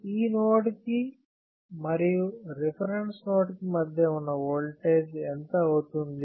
ఈ నోడ్ కి మరియు రిఫరెన్స్ నోడ్ కి మధ్య ఉన్న ఓల్టేజ్ ఎంత అవుతుంది